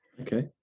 Okay